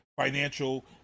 financial